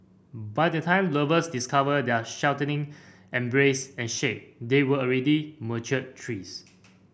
by the time lovers discovered their sheltering embrace and shade they were already mature trees